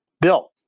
Bill